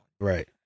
right